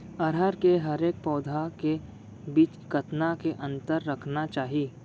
अरहर के हरेक पौधा के बीच कतना के अंतर रखना चाही?